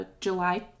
July